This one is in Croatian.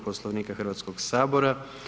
Poslovnika Hrvatskog sabora.